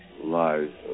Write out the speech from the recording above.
lives